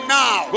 now